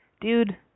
dude